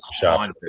shop